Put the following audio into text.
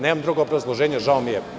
Nemam drugo obrazloženje, žao mi je.